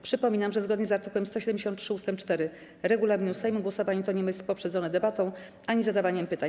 Przypominam, że zgodnie z art. 173 ust. 4 regulaminu Sejmu głosowanie to nie jest poprzedzone debatą ani zadawaniem pytań.